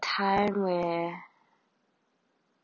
time where